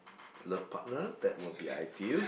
love partner that will be ideal